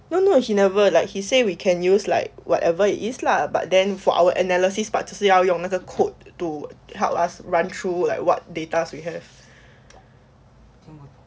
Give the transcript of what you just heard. no no he never like he say we can use like whatever it is lah but then for our analysis part 就是要用那个 code to help us run through like what data we have